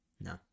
no